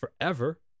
forever